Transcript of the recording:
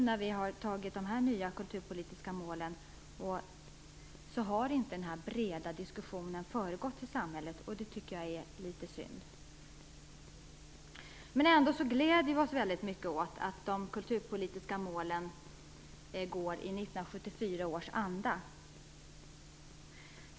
När vi nu har antagit de nya kulturpolitiska målen har inte den breda diskussionen förekommit i samhället. Det är litet synd. Ändå gläder vi oss mycket åt att de nya kulturpolitiska målen går i 1974 års anda.